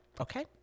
Okay